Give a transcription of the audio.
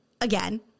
again